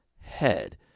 head